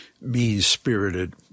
mean-spirited